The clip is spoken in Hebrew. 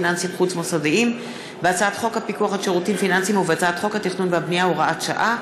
לסדר-היום ועוברת לדיון בוועדת הכלכלה.